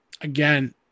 again